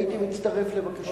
הייתי מצטרף לבקשתו.